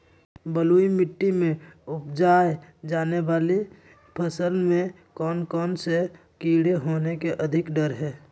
बलुई मिट्टी में उपजाय जाने वाली फसल में कौन कौन से कीड़े होने के अधिक डर हैं?